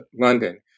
London